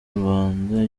rubanda